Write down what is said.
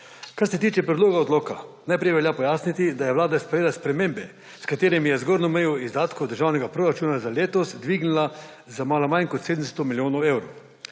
Kar se tiče predloga odloka, najprej velja pojasniti, da je Vlada sprejela spremembe, s katerimi je zgornjo mejo izdatkov državnega proračuna za letos dvignila za malo manj kot 700 milijonov evrov.